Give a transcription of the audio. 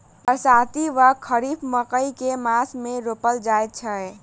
बरसाती वा खरीफ मकई केँ मास मे रोपल जाय छैय?